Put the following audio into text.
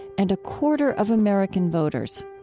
and a quarter of american voters.